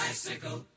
Bicycle